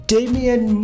Damien